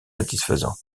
satisfaisant